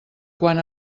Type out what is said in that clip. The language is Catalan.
quan